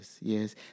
yes